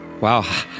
Wow